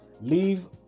leave